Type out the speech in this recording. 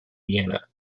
vienna